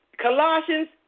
Colossians